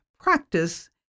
practice